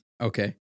Okay